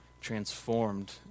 transformed